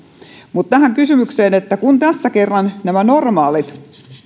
mutta tähän kysymykseen kun tässä kerran nämä normaalit